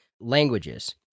languages—